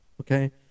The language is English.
okay